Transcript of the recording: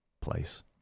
place